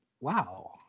wow